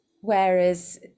whereas